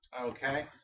Okay